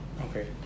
Okay